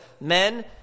men